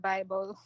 Bible